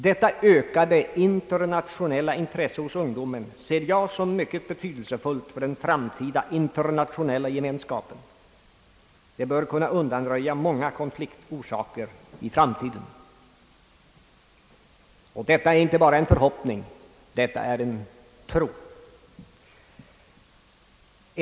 Detta ökade internationella intresse hos ungdomen ser jag som mycket betydelsefullt för den framtida internationella gemenskapen; det bör kunna undanröja många konfliktorsaker i framtiden. För min del är detta inte bara en förhoppning utan en tro.